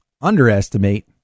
underestimate